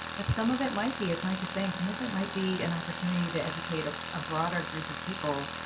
but some of it might be, as mike is saying, some of it might be an opportunity to educate a ah broader group of people.